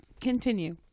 Continue